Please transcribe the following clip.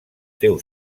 teu